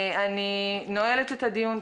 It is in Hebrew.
אני נועלת את הדיון.